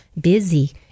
busy